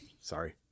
Sorry